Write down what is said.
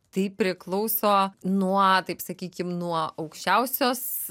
tai priklauso nuo taip sakykim nuo aukščiausios